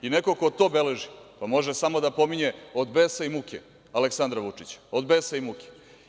I neko ko to beleži, pa može samo da pominje od besa i muke Aleksandra Vučića, od besa i muke.